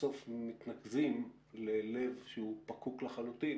בסוף מתנקזים ללב שהוא פקוק לחלוטין